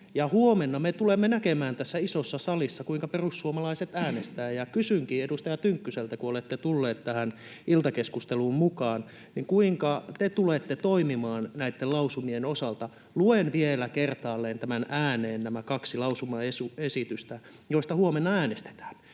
huomenna me tulemme näkemään tässä isossa salissa, kuinka perussuomalaiset äänestävät. Ja kysynkin edustaja Tynkkyseltä, kun olette tullut tähän iltakeskusteluun mukaan: kuinka te tulette toimimaan näitten lausumien osalta? Luen vielä kertaalleen ääneen nämä kaksi lausumaesitystä, joista huomenna äänestetään.